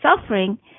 suffering